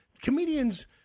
comedians